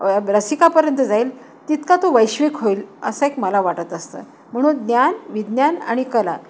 रसिकापर्यंत जाईल तितका तो वैश्विक होईल असा एक मला वाटत असतं म्हणून ज्ञान विज्ञान आणि कला